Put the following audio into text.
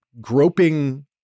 groping